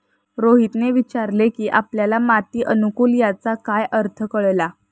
रोहितने विचारले की आपल्याला माती अनुकुलन याचा काय अर्थ कळला?